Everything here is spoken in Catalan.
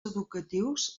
educatius